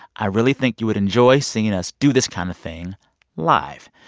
i really think you would enjoy seeing us do this kind of thing live.